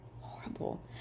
Horrible